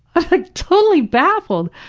i was like totally baffled.